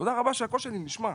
תודה רבה שהקול שלי נשמע,